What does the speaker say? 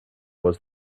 was